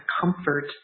comfort